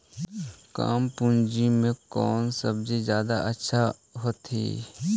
कम पूंजी में कौन सब्ज़ी जादा अच्छा होतई?